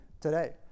today